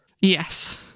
Yes